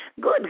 Good